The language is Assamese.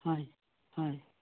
হয় হয়